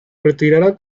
retirada